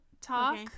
talk